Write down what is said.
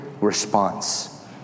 response